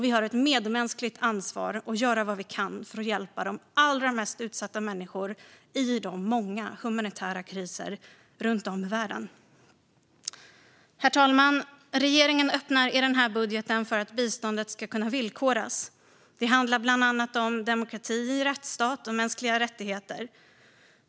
Vi har ett medmänskligt ansvar att göra vad vi kan för att hjälpa de allra mest utsatta människorna i de många humanitära kriserna runt om i världen. Herr talman! Regeringen öppnar i den här budgeten för att biståndet ska kunna villkoras. Det handlar bland annat om demokrati, rättsstat och mänskliga rättigheter.